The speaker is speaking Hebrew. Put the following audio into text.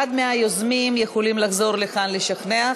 אחד מהיוזמים יכול לחזור לכאן לשכנע.